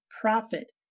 profit